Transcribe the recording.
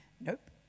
Nope